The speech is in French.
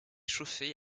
chauffé